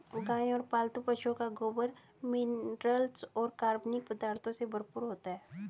गाय और पालतू पशुओं का गोबर मिनरल्स और कार्बनिक पदार्थों से भरपूर होता है